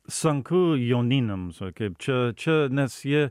sunku jauninams va kaip čia čia nes jie